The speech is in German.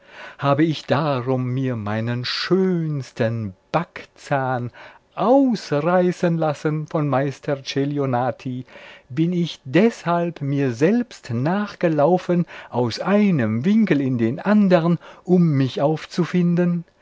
habe ich darum mir meinen schönsten backzahn ausreißen lassen von meister celionati bin ich deshalb mir selbst nachgelaufen aus einem winkel in den andern um mich aufzufinden